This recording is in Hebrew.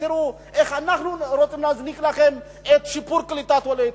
תראו איך אנחנו רוצים להזניק לכם את שיפור קליטת עולי אתיופיה,